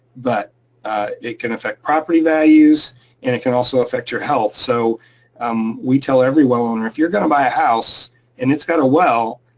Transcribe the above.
but it can affect property values and it can also affect your health. so um we tell every well owner, if you're gonna buy a house and it's got a well,